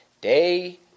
day